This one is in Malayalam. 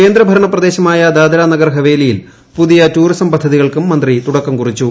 കേന്ദ്രഭരണ ക്ഷ്യദ്ദേശ്മായ ദാദ്ര നാഗർ ഹവേലിയിൽ പുതിയ ടൂറിസം പദ്ധതികൾക്കും മീന്തി തുടക്കം കുറിച്ചു